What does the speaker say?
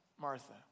Martha